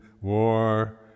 war